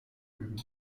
üben